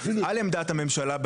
על עמדת הממשלה,